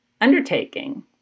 undertaking